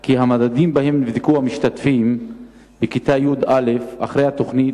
כי המדדים שבהם נבדקו המשתתפים בכיתה י"א אחרי התוכנית,